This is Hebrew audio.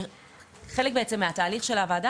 חלק בעצם מהתהליך של הוועדה,